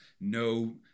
no